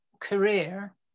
career